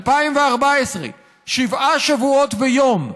2014: שבעה שבועות ויום,